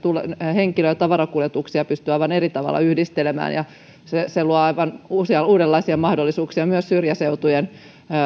henkilö ja tavarakuljetuksia pystyy aivan eri tavalla yhdistelemään se se luo aivan uudenlaisia mahdollisuuksia myös syrjäseutujen